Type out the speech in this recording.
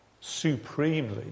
supremely